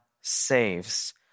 saves